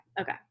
okay